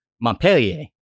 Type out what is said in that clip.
Montpellier